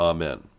Amen